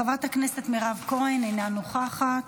חברת הכנסת מירב כהן, אינה נוכחת,